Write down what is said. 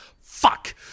fuck